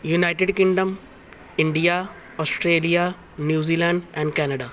United Kingdom India Australia New Zealand and Canada